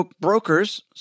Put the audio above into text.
brokers